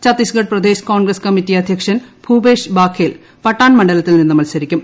Chhattisgarh Pradesh Congress committee അധ്യക്ഷൻ ഭൂപേഷ് ബാഖേൽ പട്ടാൻ മണ്ഡലത്തിൽ മത്സരിക്കും